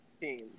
team